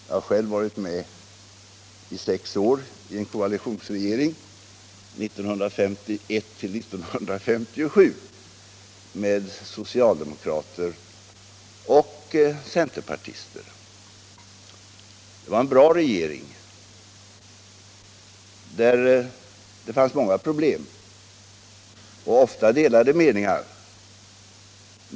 Jag har själv i flera år — 1951-1957 — varit med i en koalitionsregering, bestående av socialdemokrater och centerpartister. Det var en bra regering. Det fanns många problem och ofta delade meningar.